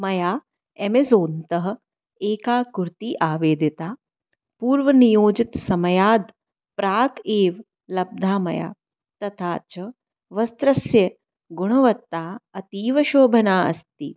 मया एमेज़ोन्तः एका कुर्ती आवेदिता पूर्वनियोजितसमयात् प्राक् एव लब्धा मया तथा च वस्त्रस्य गुणवत्ता अतीवशोभना अस्ति